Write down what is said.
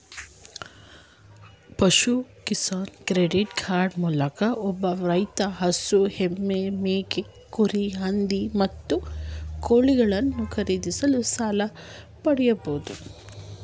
ಪಶು Kisan credit card ಮೂಲಕ ಒಬ್ಬ ರೈತ ಹಸು ಎಮ್ಮೆ ಮೇಕೆ ಕುರಿ ಹಂದಿ ಮತ್ತು ಕೋಳಿಗಳನ್ನು ಖರೀದಿಸಲು ಸಾಲ ಪಡಿಬೋದು